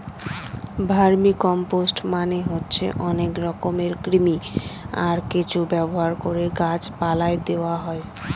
vermicompost মানে হচ্ছে অনেক রকমের কৃমি, আর কেঁচো ব্যবহার করে গাছ পালায় দেওয়া হয়